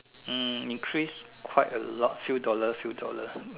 hmm increase quite a lot few dollar few dollar